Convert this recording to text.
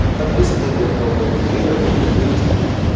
but musically, we're nowhere near where we need to be.